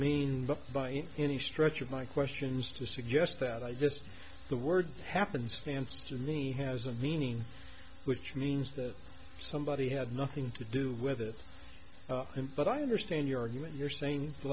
but by any stretch of my questions to suggest that i just the word happenstance to me has a meaning which means that somebody had nothing to do with it but i understand your argument you're saying the